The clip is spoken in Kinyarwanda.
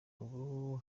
ubu